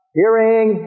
hearing